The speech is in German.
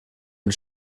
mit